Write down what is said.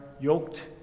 yoked